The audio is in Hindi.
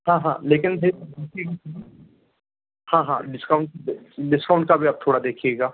हाँ हाँ लेकिन हाँ हाँ डिस्काउंट डिस्काउंट का भी आप थोड़ा देखिएगा